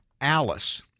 Alice